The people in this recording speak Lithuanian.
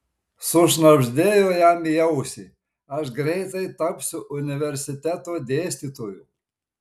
sušnabždėjo jam į ausį aš greitai tapsiu universiteto dėstytoju